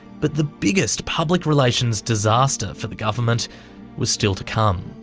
but the biggest public relations disaster for the government was still to come.